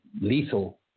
lethal